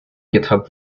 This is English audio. github